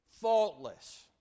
faultless